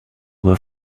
were